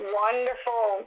wonderful